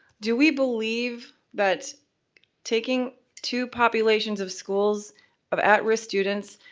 do we believe that taking two populations of schools of at-risk students,